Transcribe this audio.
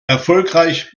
erfolgreich